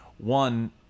One